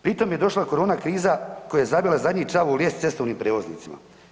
Pri tom je došla korona kriza koja je zabila zadnji čavao u lijes cestovnim prijevoznicima.